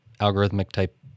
algorithmic-type